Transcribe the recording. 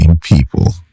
people